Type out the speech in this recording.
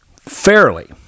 fairly